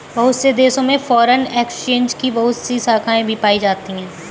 बहुत से देशों में फ़ोरेन एक्सचेंज की बहुत सी शाखायें भी पाई जाती हैं